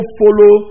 follow